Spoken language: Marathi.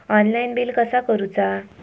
ऑनलाइन बिल कसा करुचा?